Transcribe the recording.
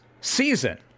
season